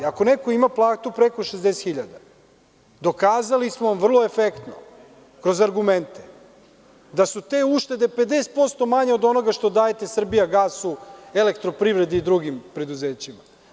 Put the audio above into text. Ako neko ima platu preko 60.000, dokazali smo vam vrlo efektno, kroz argumente, da su te uštede 50% manje od onoga što dajete „Srbijagasu“, „Elektroprivredi“ i drugim preduzećima.